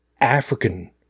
African